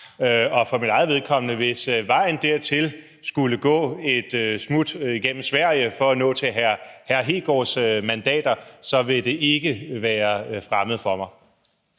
Og for mit eget vedkommende gælder det, at hvis vejen dertil skulle gå et smut igennem Sverige, altså for at nå til hr. Kristian Hegaards mandater, så vil det ikke være fremmed for mig.